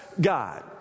God